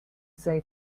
say